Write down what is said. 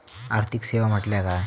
आर्थिक सेवा म्हटल्या काय?